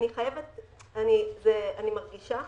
אני מרגישה